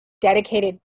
dedicated